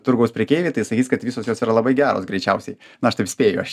turgaus prekeivį tai sakys kad visos jos yra labai geros greičiausiai na aš taip spėju aš